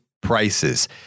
prices